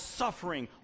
suffering